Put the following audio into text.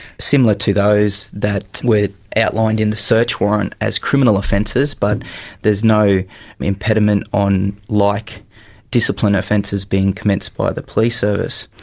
similar to those that were outlined in the search warrant as criminal offences, but there is no impediment on like discipline offences being commenced by the police service.